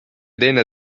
teine